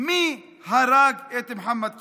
מי הרג את מוחמד כיוואן.